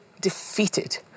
defeated